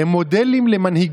יש להם זכות וטו בוועדה לבחירת